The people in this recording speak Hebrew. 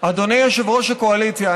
אדוני יושב-ראש הקואליציה,